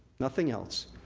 nothing else,